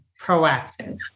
proactive